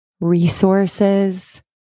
resources